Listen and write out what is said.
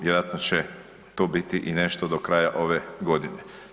Vjerojatno će to biti i nešto do kraja ove godine.